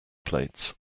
plates